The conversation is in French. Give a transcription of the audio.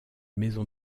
maison